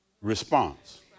response